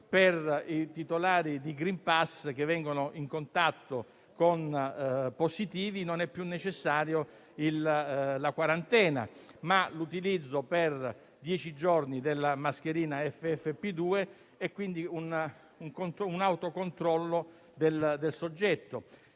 per i titolari di *green pass* che vengono in contatto con positivi non è più necessaria la quarantena, ma l'utilizzo per dieci giorni della mascherina FFP2, quindi un autocontrollo del soggetto.